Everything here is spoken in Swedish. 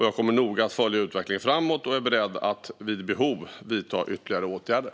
Jag kommer noga att följa utvecklingen framåt och är beredd att vid behov vidta ytterligare åtgärder.